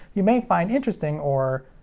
you may find interesting or,